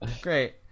Great